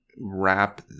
wrap